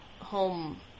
home